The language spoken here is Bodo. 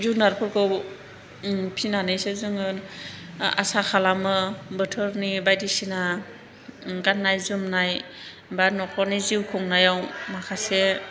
जुनादफोरखौ फिनानैसो जोङो आसा खालामो बोथोरनि बायदिसिना गाननाय जोमनाय बा न'खरनि जिउ खुंनायाव माखासे